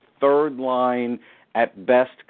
third-line-at-best